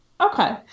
Okay